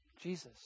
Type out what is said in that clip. Jesus